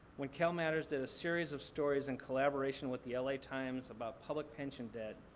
when calmatters did a series of stories in collaboration with the la times about public pension debt,